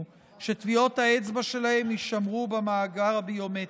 שטביעות האצבע שלהם יישמרו במאגר הביומטרי.